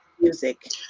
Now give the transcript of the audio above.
music